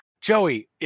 joey